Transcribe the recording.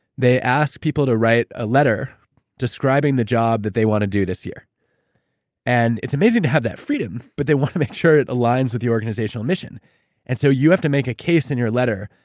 they ask people to write a letter describing the job that they want to do this year and it's amazing to have that freedom, but they want to make sure it aligns with the organizational mission and so, you have to make a case in your letter,